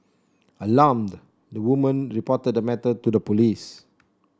alarmed the woman reported the matter to the police